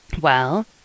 Well